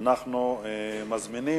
כמובן,